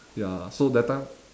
ya so that time